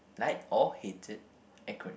liked or hated acronym